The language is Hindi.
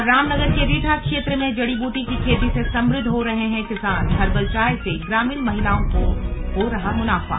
और रामनगर के रीठा क्षेत्र में जड़ीबूटी की खेती से समृद्ध हो रहे हैं किसानहर्बल चाय से ग्रामीण महिलाओं को हो रहा मुनाफा